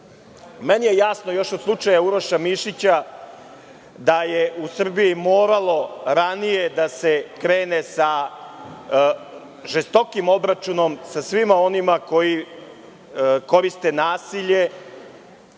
mi je još od slučaja Uroša Mišića da je u Srbiji moralo ranije da se krene sa žestokim obračunom sa svima onima koji koriste nasilje,